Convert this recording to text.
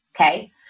okay